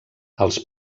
als